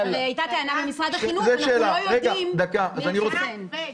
הרי הייתה טענה ממשרד החינוך: אנחנו לא יודעים מי התחסן.